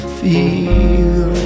feel